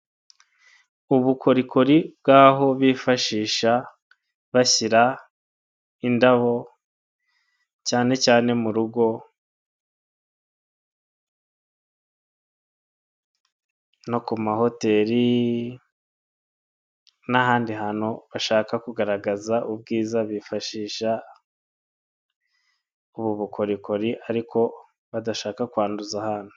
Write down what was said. Ubukorikori bwaho bifashisha bashyira indabo cyane cyane murugo no ku mahoteli n'ahandi hantu bashaka kugaragaza ubwiza bifashisha ubu bukorikori ariko badashaka kwanduza ahantu.